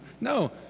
No